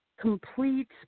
complete